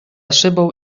szybą